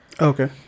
okay